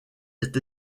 est